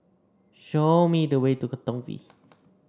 show me the way to Katong V